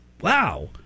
wow